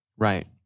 Right